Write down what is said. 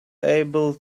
able